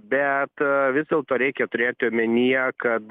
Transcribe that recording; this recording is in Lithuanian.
bet vis dėlto reikia turėt omenyje kad